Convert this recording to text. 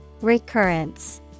Recurrence